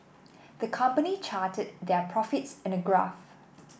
the company charted their profits in a graph